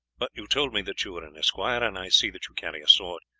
but you told me that you were an esquire, and i see that you carry a sword.